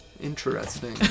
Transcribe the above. Interesting